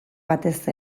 batez